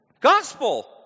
gospel